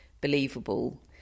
believable